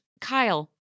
Kyle